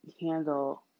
handle